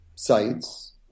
Sites